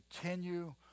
continue